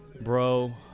Bro